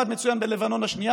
זה עבד מצוין בלבנון השנייה,